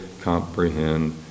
comprehend